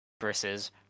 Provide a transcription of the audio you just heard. versus